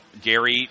Gary